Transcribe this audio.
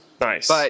Nice